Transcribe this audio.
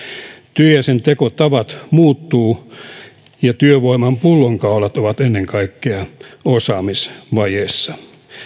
työ ja sen tekotavat muuttuvat ja työvoiman pullonkaulat ovat ennen kaikkea osaamisvajeessa